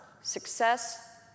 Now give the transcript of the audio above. success